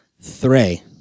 Three